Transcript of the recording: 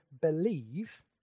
believe